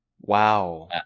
Wow